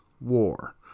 war